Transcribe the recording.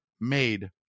made